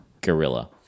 gorilla